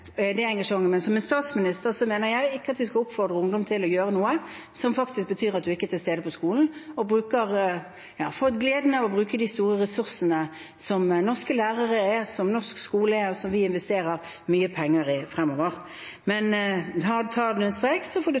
at vi ikke skal oppfordre ungdom til å gjøre noe som faktisk betyr at de ikke er til stede på skolen og får gleden av å bruke de store ressursene som norske lærere er, som norsk skole er, og som vi investerer mye penger i fremover. Tar man en streik, får